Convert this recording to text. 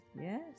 Yes